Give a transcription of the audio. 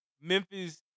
Memphis